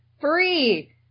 free